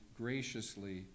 graciously